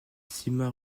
sima